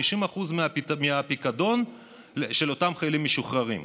50% מהפיקדון של אותם חיילים משוחררים.